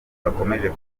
bakomeje